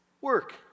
work